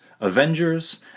Avengers